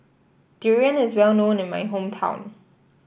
Durian is well known in my hometown